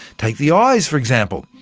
take the eyes for example.